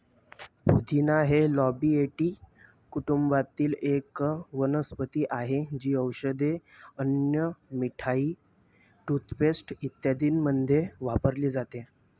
पुदिना हे लॅबिएटी कुटुंबातील एक वनस्पती आहे, जी औषधे, अन्न, मिठाई, टूथपेस्ट इत्यादींमध्ये वापरली जाते